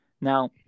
Now